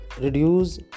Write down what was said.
reduce